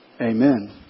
Amen